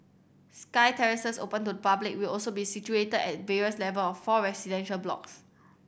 sky terraces open to the public will also be situated at the various level of four residential blocks